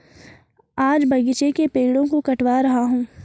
आज बगीचे के पेड़ों को कटवा रहा हूं